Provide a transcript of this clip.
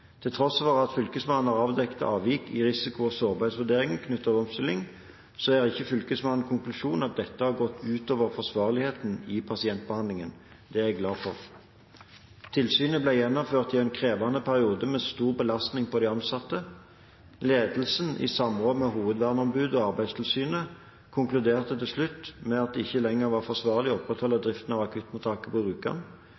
Til tross for at Fylkesmannen har avdekket avvik i risiko- og sårbarhetsvurderingen knyttet til omstilling, er Fylkesmannens konklusjon at dette ikke har gått ut over forsvarligheten i pasientbehandlingen. Det er jeg glad for. Tilsynet ble gjennomført i en krevende periode med stor belastning på de ansatte. Ledelsen, i samråd med hovedverneombud og Arbeidstilsynet konkluderte til slutt med at det ikke lenger var forsvarlig å opprettholde driften av akuttmottaket på